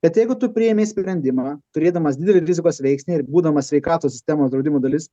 bet jeigu tu priėmei sprendimą turėdamas didelį rizikos veiksnį ir būdamas sveikatos sistemos draudimo dalis